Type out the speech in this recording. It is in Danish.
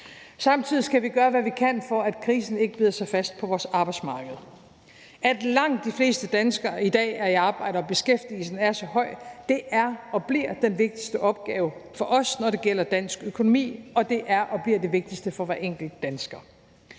Samtidig skal vi gøre, hvad vi kan, for at krisen ikke bider sig fast på vores arbejdsmarked. At langt de fleste danskere i dag er i arbejde og beskæftigelsen er så høj, er og bliver den vigtigste opgave for os, når det gælder dansk økonomi, og det er og bliver det vigtigste for hver enkelt dansker.